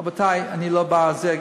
רבותי, אני לא בעד זה.